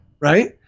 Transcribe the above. Right